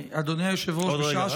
אדוני היושב-ראש, עוד רגע.